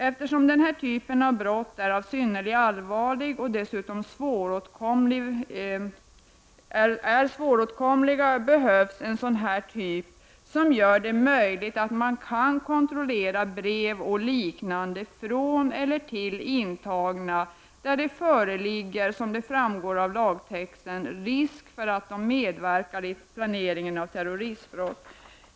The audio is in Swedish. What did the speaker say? Eftersom denna typ av brott är synnerligen allvarlig och dessutom svåråtkomlig, behövs en sådan här möjlighet att bl.a. kontrollera brev och liknande från eller till intagna när det — som framgår av lagtexten — föreligger risk för att de medverkar i planering av terroristbrott.